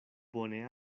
bone